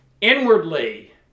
inwardly